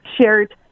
shared